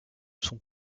sont